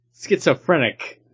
Schizophrenic